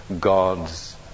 God's